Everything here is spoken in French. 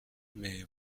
mais